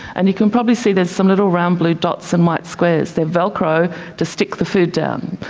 and you can probably see there's some little round blue dots and white squares. they are velcro to stick the food down,